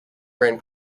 ran